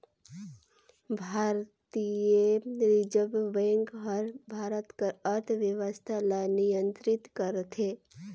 भारतीय reserve bank हर भारत कर अर्थबेवस्था ल नियंतरित करथे